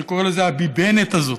אני קורא לזה ה"ביבנט" הזאת.